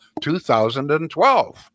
2012